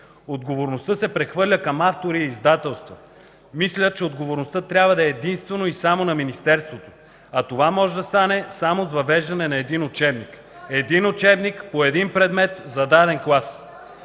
Отговорността се прехвърля към автори и издателства. Мисля, че отговорността трябва да е единствено и само на Министерството. А това може да стане само с въвеждането на един учебник – един учебник по един предмет за даден клас.